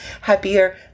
happier